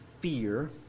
fear